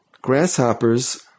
Grasshoppers